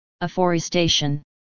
afforestation